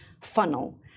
funnel